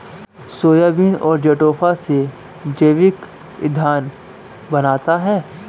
soybean और jatropha से जैविक ईंधन बनता है